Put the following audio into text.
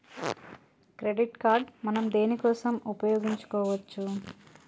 Credit card మనం దేనికోసం ఉపయోగించుకోవచ్చు?